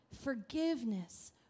forgiveness